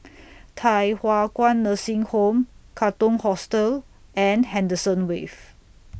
Thye Hua Kwan Nursing Home Katong Hostel and Henderson Wave